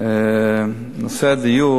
נושא הדיור